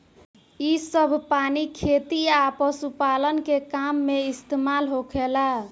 इ सभ पानी खेती आ पशुपालन के काम में इस्तमाल होखेला